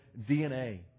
DNA